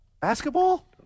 Basketball